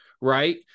right